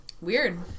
Weird